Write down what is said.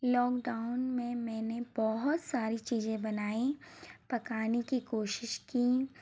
lockdown में मैंने बहुत सारी चीज़ें बनाई पकाने की कोशिश की